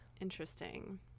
interesting